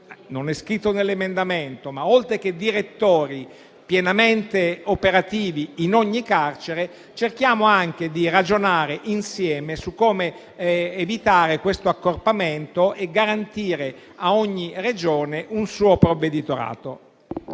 non è scritto nell'emendamento, che oltre a prevedere direttori pienamente operativi in ogni carcere, bisognerebbe cercare di ragionare insieme anche su come evitare questo accorpamento e garantire a ogni Regione un suo provveditorato.